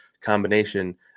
combination